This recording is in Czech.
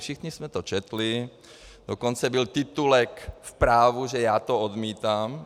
Všichni jsme to četli, dokonce byl titulek v Právu, že já to odmítám.